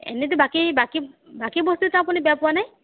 এনেইতো বাকী বাকী বাকী বস্তুকেইটা আপুনি বেয়া পোৱা নাই